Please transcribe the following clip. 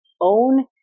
own